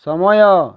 ସମୟ